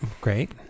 great